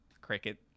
Cricket